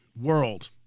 world